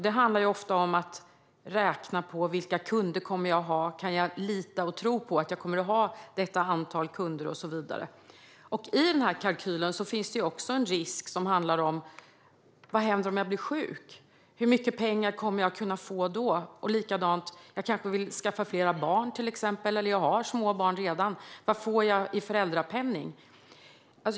Det handlar ofta om att räkna på vilka kunder jag kommer att ha och om jag kan lita och tro på att jag kommer att ha detta antal kunder och så vidare. I kalkylen finns också en risk som handlar om: Vad händer om jag blir sjuk? Hur mycket pengar kommer jag då att kunna få? Likadant är det om jag till exempel vill skaffa fler barn eller redan har små barn. Vad får jag i föräldrapenning?